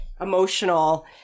emotional